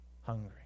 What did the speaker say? Hungry